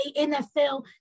NFL